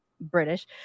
British